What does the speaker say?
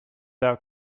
thou